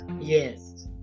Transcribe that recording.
Yes